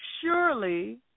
Surely